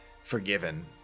Forgiven